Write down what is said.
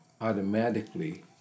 automatically